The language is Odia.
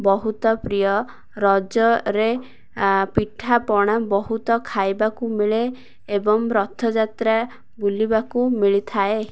ବହୁତ ପ୍ରିୟ ରଜରେ ପିଠାପଣା ବହୁତ ଖାଇବାକୁ ମିଳେ ଏବଂ ରଥଯାତ୍ରା ବୁଲିବାକୁ ମିଳିଥାଏ